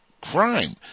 crime